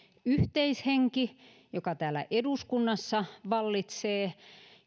yhteishenki joka täällä eduskunnassa vallitsee